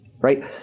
Right